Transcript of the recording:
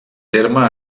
terme